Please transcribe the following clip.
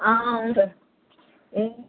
అవును సార్ ఏది